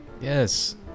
Yes